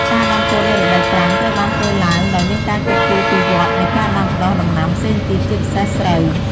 ការដាំពោតនៅរដូវប្រាំងត្រូវបានធ្វើឡើងដោយមានការគិតគូរពីវដ្ដនៃការដាំដុះដំណាំផ្សេងទៀត ជាពិសេសស្រូវ។